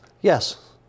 Yes